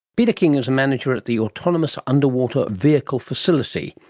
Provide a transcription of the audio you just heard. peter king is a manager at the autonomous underwater vehicle facility,